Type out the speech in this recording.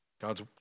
God's